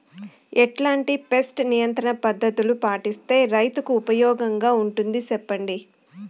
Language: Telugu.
ఎట్లాంటి పెస్ట్ నియంత్రణ పద్ధతులు పాటిస్తే, రైతుకు ఉపయోగంగా ఉంటుంది సెప్పండి?